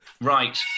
Right